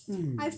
mm